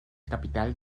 capital